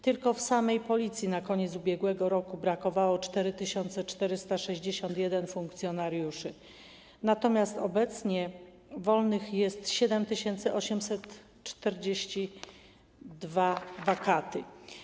Tylko w samej Policji na koniec ubiegłego roku brakowało 4461 funkcjonariuszy, natomiast obecnie to 7842 wakaty.